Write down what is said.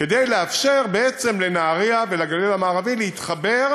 כדי לאפשר לנהריה ולגליל המערבי להתחבר